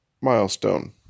milestone